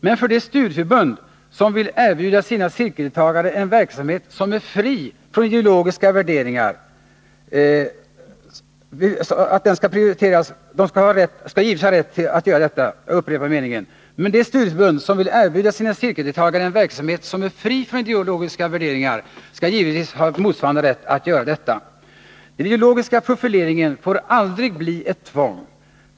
Men de studieförbund som vill erbjuda sina cirkeldeltagare en verksamhet som är fri från ideologiska värderingar skall givetvis ha motsvarande rätt att göra detta. Den ideologiska profileringen får aldrig bli ett tvång.